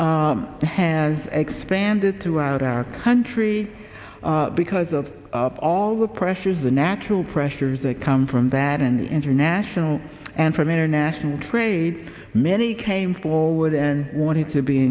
economy has expanded throughout our country because of all the pressures the natural pressures that come from that and international and from international trade many came forward and wanted to be